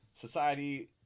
Society